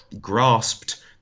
grasped